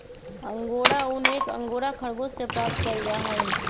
angora ऊन एक अंगोरा खरगोश से प्राप्त कइल जाहई